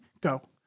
Go